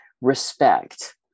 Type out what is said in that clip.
respect